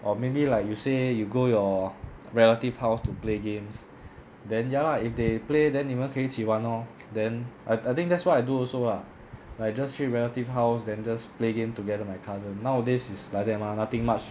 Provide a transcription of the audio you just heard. or maybe like you say you go your relative house to play games then ya lah if they play then 你们可以一起玩 lor then I I think that's what I do also lah like just 去 relative house then just play game together with my cousin nowadays is like that mah nothing much